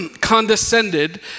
condescended